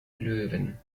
löwen